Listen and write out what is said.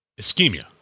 Ischemia